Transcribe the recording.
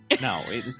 No